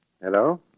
Hello